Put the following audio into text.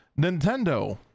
Nintendo